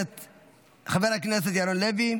חבר הכנסת ירון לוי,